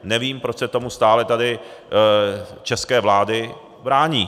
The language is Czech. Nevím, proč se tomu stále tady české vlády brání.